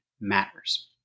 matters